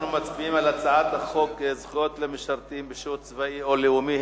אנחנו מצביעים על הצעת חוק זכויות למשרתים בשירות צבאי או לאומי,